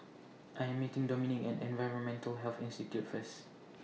I Am meeting Dominik At Environmental Health Institute First